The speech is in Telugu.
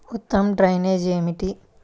ఉత్తమ డ్రైనేజ్ ఏమిటి?